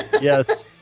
Yes